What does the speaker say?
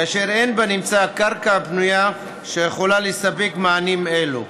כאשר אין בנמצא קרקע פנויה שיכולה לספק מענים אלו.